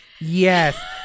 Yes